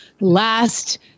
last